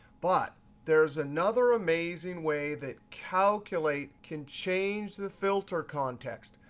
but there's another amazing way that calculate can change the filter context.